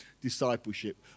discipleship